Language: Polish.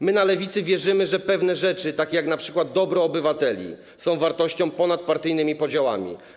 My na lewicy wierzymy, że pewne rzeczy, takie jak np. dobro obywateli, są wartością ponad partyjnymi podziałami.